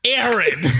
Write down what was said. Aaron